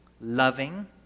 loving